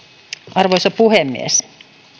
arvoisa puhemies